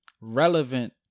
Relevant